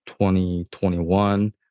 2021